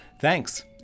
Thanks